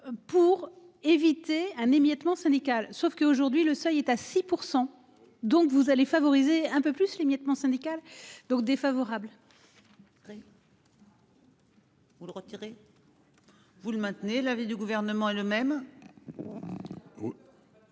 Pour éviter un émiettement syndical. Sauf que, aujourd'hui, le seuil est à 6%. Donc vous allez favoriser un peu plus l'émiettement syndical donc défavorable. Vous le retirer. Vous le maintenez l'avis du gouvernement, le même.